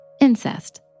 Incest